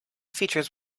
features